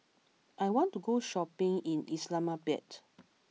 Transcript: I want to go shopping in Islamabad